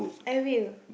I will